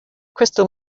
crystal